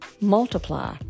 multiply